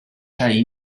francia